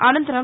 అనంతరం